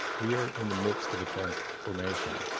we are in the midst of a transformation.